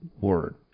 word